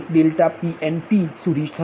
∆Pnp સુધી થશે